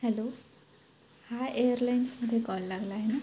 hello हा एअरलाइन्समधे call लागला आहे ना